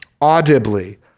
audibly